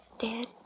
dead